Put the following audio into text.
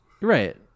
Right